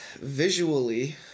Visually